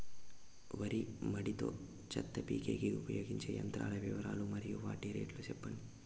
వరి మడి లో చెత్త పీకేకి ఉపయోగించే యంత్రాల వివరాలు మరియు వాటి రేట్లు చెప్పండి?